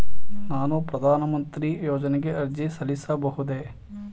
ನಾನು ಪ್ರಧಾನ ಮಂತ್ರಿ ಯೋಜನೆಗೆ ಅರ್ಜಿ ಸಲ್ಲಿಸಬಹುದೇ?